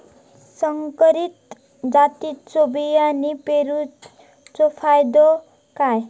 संकरित जातींच्यो बियाणी पेरूचो फायदो काय?